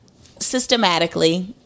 systematically